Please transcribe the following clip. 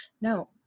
No